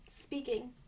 Speaking